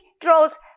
draws